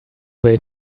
they